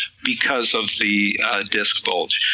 because of the disc bulge,